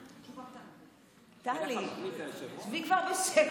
טלי, שבי כבר בשקט.